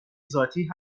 ذاتی